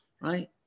right